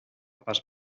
pas